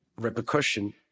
repercussion